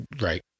Right